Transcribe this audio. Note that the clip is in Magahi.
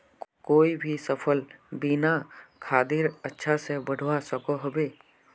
कोई भी सफल बिना खादेर अच्छा से बढ़वार सकोहो होबे?